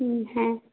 ᱦᱩᱸ ᱦᱮᱸ